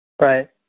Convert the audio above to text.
Right